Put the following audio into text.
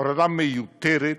הורדה מיותרת,